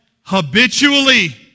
habitually